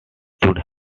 should